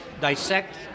dissect